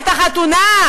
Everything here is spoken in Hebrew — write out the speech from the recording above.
את החתונה,